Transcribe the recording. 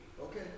Okay